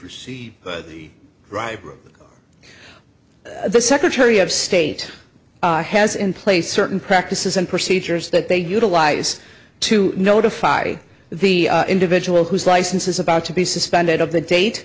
received the right the secretary of state has in place certain practices and procedures that they utilize to notify the individual whose license is about to be suspended of the date